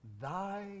thy